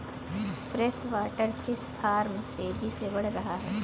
freshwater fish farm तेजी से बढ़ रहा है